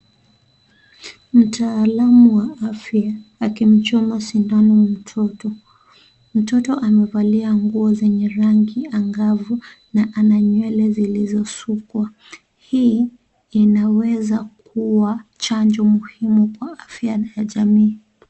Mtaalamu wa afya akimchoma sindano mtoto. Mtoto amevalia nguo zenye rangi angavu ana nywele zilizosukwa. Hii inaweza kuwa, chanjo muhimu kwa afya ya jamii.